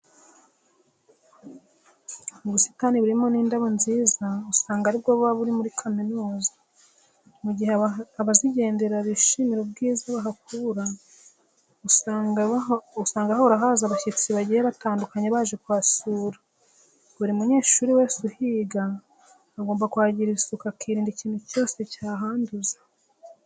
Ubusitani burimo n'indabo nziza usanga ari bwo buba buri muri kaminuza. Mu gihe abazigenderera bishimira ubwiza bahakura usanga bituma hahora haza abashyitsi bagiye batandukanye baje kuhasura. Buri munyeshuri wese uhiga agomba kuhagirira isuku akirinda ikintu cyose cyahanduza.